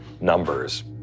numbers